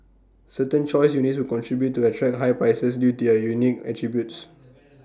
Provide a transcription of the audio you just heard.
certain choice units will continue to attract high prices due to their unique attributes